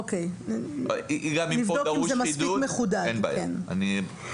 אם דרוש חידוד אין בעיה.